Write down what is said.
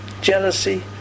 jealousy